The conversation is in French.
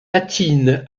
latine